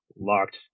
locked